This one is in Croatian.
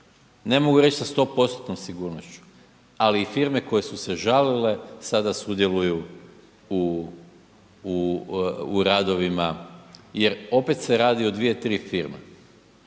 ne mogu reći sa 100%-tnom sigurnošću, ali firme koje su se žalile sada sudjeluju u radovima jer opet se radi o dvije, tri firme.